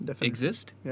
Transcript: exist